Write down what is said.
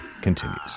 continues